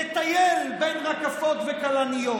לטייל בין רקפות וכלניות.